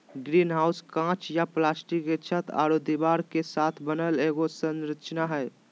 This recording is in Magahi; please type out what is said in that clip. ग्रीनहाउस काँच या प्लास्टिक के छत आरो दीवार के साथ बनल एगो संरचना हइ